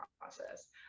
process